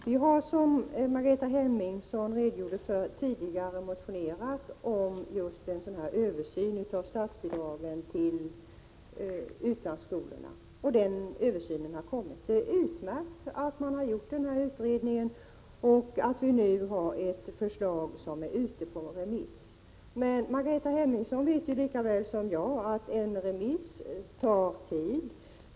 Herr talman! Som Margareta Hemmingsson redogjorde för har vi tidigare motionerat om en översyn av statsbidragen till utlandsskolorna. Den översynen har kommit. Det är utmärkt att man har gjort denna utredning och att vi nu har ett förslag som är ute på remiss. Men Margareta Hemmingsson vet lika väl som jag att en remissomgång tar tid.